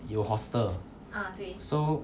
有 hostel so